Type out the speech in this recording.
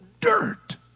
dirt